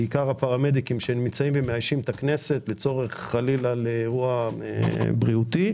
בעיקר הפרמדיקים שמאיישים את הכנסת לצורך חלילה אירוע בריאותי.